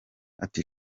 ati